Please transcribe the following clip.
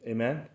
Amen